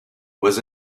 was